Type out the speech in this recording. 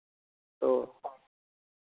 ᱛᱳ